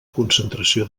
concentració